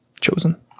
chosen